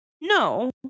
no